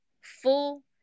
full